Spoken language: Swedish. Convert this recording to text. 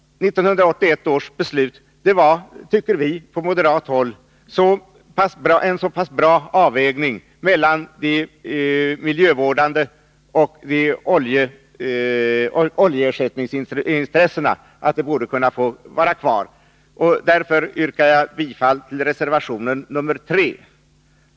På moderat håll tycker vi att 1981 års beslut var en så pass bra avvägning mellan de miljövårdande intressena och oljeersättningsintressena att det borde få vara kvar. Därför yrkar jag bifall till reservation nr 3.